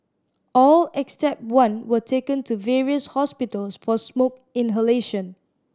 all except one were taken to various hospitals for smoke inhalation